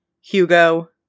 Hugo